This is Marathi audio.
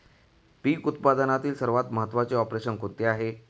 पीक उत्पादनातील सर्वात महत्त्वाचे ऑपरेशन कोणते आहे?